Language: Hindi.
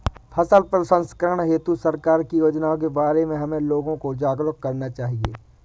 फसल प्रसंस्करण हेतु सरकार की योजनाओं के बारे में हमें लोगों को जागरूक करना चाहिए